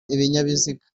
ibinyabiziga